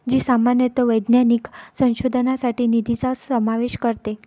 जी सामान्यतः वैज्ञानिक संशोधनासाठी निधीचा समावेश करते